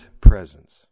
presence